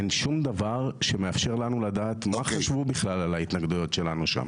אין שום דבר שמאפשר לנו לדעת מה חשבו בכלל על ההתנגדויות שלנו שם.